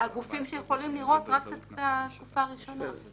הגופים שיכולים לראות רק את התקופה הראשונה.